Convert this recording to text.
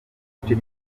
igice